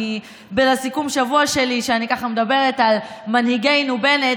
שאני מדברת בסיכום השבוע שלי על מנהיגנו בנט,